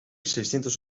seiscientos